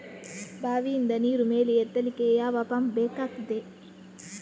ಬಾವಿಯಿಂದ ನೀರು ಮೇಲೆ ಎತ್ತಲಿಕ್ಕೆ ಯಾವ ಪಂಪ್ ಬೇಕಗ್ತಾದೆ?